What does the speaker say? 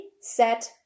set